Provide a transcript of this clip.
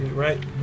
Right